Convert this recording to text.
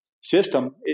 system